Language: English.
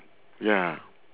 ya